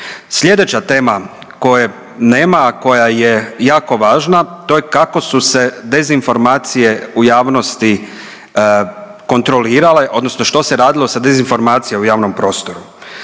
Sljedeća tema koje nema, a koja je jako važna to je kako su se dezinformacije u javnosti kontrolirale, odnosno što se radilo sa dezinformacijom u javnom prostoru.